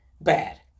bad